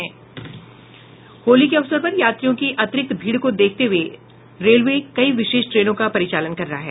होली के अवसर पर यात्रियों की अतिरिक्त भीड़ को देखते हुए रेलवे कई विशेष ट्रेनों का परिचालन कर रहा है